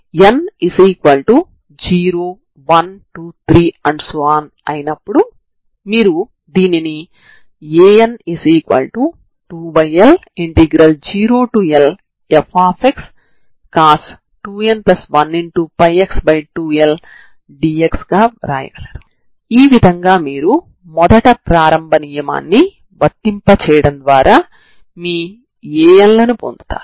కాబట్టి 00 x0 t0 లలో కి మారుతుంది మరియు ఈ ప్రభావవంతమైన domain x0 t0 x0 ct0 0 మరియు x0 ct0 0 బిందువుల మధ్య లో ఉంటుంది ఇవి మూడు పాయింట్లు అవుతాయి